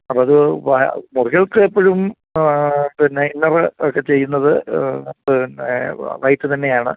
അപ്പം അത് മുറികൾക്ക് എപ്പോഴും ആ പിന്നെ ഇന്നറ് ഒക്കെ ചെയ്യുന്നത് പിന്നെ വൈറ്റ് തന്നെയാണ്